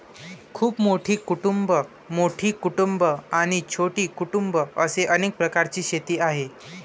खूप मोठी कुटुंबं, मोठी कुटुंबं आणि छोटी कुटुंबं असे अनेक प्रकारची शेती आहे